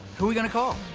who we gonna call?